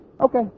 Okay